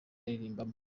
aririmbamo